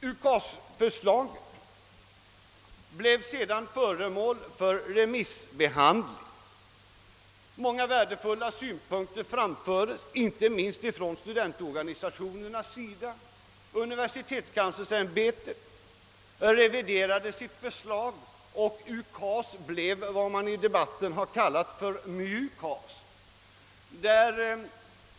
UKAS-förslaget blev sedan föremål för remissbehandling, och då framfördes många värdefulla synpunkter, inte minst från studentorganisationerna. Universitetskanslersämbetet reviderade därefter förslaget, och UKAS fick sedan benämningen MJUKAS.